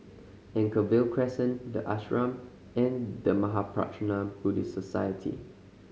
Anchorvale Crescent The Ashram and The Mahaprajna Buddhist Society